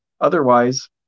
Otherwise